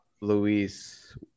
Luis